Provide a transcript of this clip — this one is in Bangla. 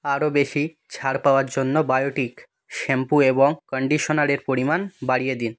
আরও বেশি ছাড় পাওয়ার জন্য বায়োটিক শ্যাম্পু এবং কান্ডিশনারের পরিমাণ বাড়িয়ে দিন